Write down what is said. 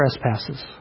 trespasses